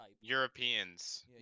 Europeans